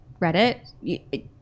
Reddit